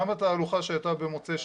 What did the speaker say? גם התהלוכה שהייתה במוצאי שבת,